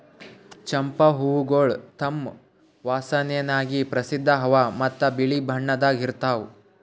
ಚಂಪಾ ಹೂವುಗೊಳ್ ತಮ್ ವಾಸನೆಗಾಗಿ ಪ್ರಸಿದ್ಧ ಅವಾ ಮತ್ತ ಬಿಳಿ ಬಣ್ಣದಾಗ್ ಇರ್ತಾವ್